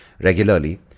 regularly